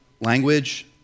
language